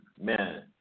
man